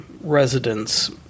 residents